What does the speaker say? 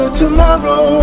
tomorrow